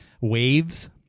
waves